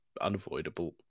Unavoidable